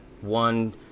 one